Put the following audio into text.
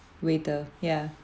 waiter ya